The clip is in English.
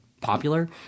popular –